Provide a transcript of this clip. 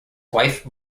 wife